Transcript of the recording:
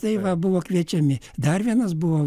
tai va buvo kviečiami dar vienas buvo